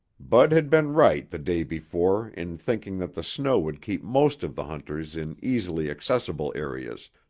bud had been right the day before in thinking that the snow would keep most of the hunters in easily accessible areas,